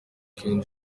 king